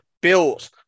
bills